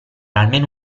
almeno